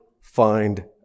find